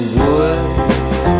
woods